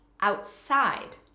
outside